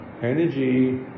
Energy